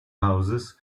houses